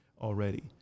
already